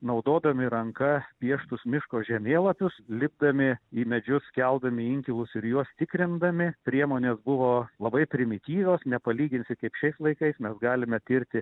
naudodami ranka pieštus miško žemėlapius lipdami į medžius keldami inkilus ir juos tikrindami priemonės buvo labai primityvios nepalyginsi kaip šiais laikais mes galime tirti